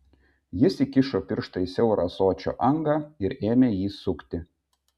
jis įkišo pirštą į siaurą ąsočio angą ir ėmė jį sukti